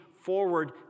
forward